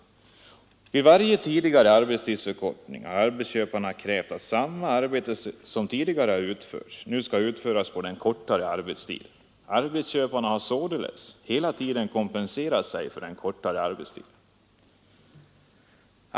Vid varje tidigare arbetstidsförkortning har arbetsköparna krävt att samma arbete som tidigare utfördes nu skall utföras på den kortare arbetstiden. Arbetsköparna har således hela tiden kompenserat sig för den kortare arbetstiden.